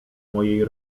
mojej